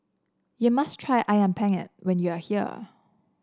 you must try ayam penyet when you are here